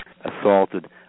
assaulted